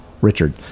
Richard